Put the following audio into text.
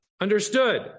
understood